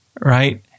Right